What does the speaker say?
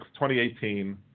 2018